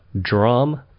drum